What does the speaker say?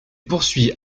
poursuit